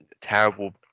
terrible